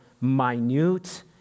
minute